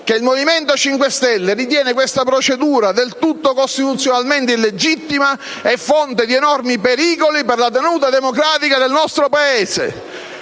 che il Movimento 5 Stelle ritiene questa procedura del tutto illegittima costituzionalmente e fonte di enormi pericoli per la tenuta democratica del nostro Paese.